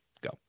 Go